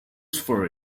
for